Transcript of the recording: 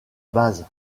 base